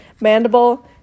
Mandible